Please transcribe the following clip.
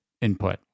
input